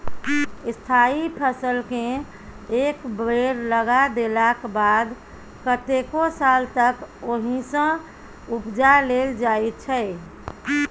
स्थायी फसलकेँ एक बेर लगा देलाक बाद कतेको साल तक ओहिसँ उपजा लेल जाइ छै